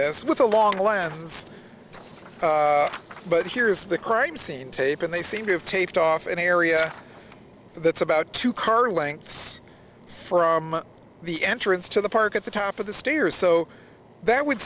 this with a long lens but here is the crime scene tape and they seem to have taped off an area that's about two car lengths from the entrance to the park at the top of the stairs so that would